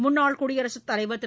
முன்னாள் குடியரசுத் தலைவர் திரு